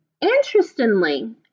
Interestingly